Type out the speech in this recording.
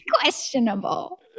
questionable